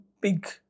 big